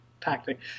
tactic